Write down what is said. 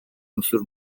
unsur